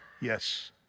Yes